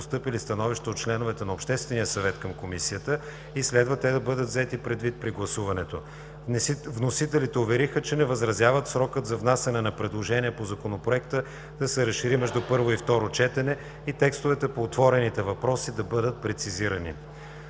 и текстовете по отворените въпроси да бъдат прецизирани.